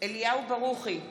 אליהו ברוכי,